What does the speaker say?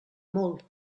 molt